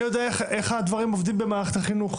אני יודע איך הדברים עובדים במערכת החינוך,